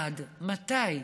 עד מתי?